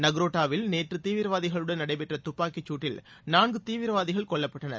நக்ரோட்டாவில் நேற்று தீவிரவாதிகளுடன் நடைபெற்ற துப்பாக்கி சூட்டில் நான்கு தீவிரவாதிகள் கொல்லப்பட்டனர்